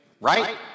right